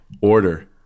order